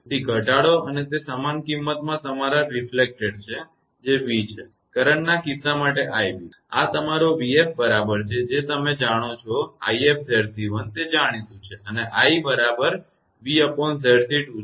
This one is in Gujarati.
તેથી ઘટાડો અને તે સમાન કિંમતના તમારા પ્રતિબિંબિત જે v છે કરંટના કિસ્સા માટે 𝑖𝑏 આ તમારો 𝑣𝑓 બરાબર છે જે તમે જાણો છો 𝑖𝑓𝑍𝑐1 તે જાણીતું છે અને i બરાબર 𝑣𝑍𝑐2 છે